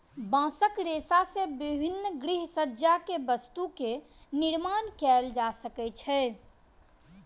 बांसक रेशा से विभिन्न गृहसज्जा के वस्तु के निर्माण कएल जा सकै छै